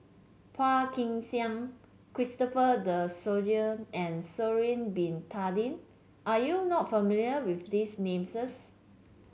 Phua Kin Siang Christopher De Souza and Sha'ari Bin Tadin are you not familiar with these names